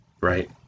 right